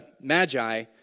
magi